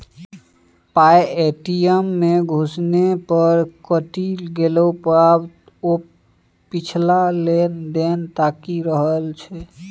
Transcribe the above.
पाय ए.टी.एम मे घुसेने पर कटि गेलै आब ओ पिछलका लेन देन ताकि रहल छै